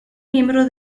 miembro